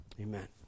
amen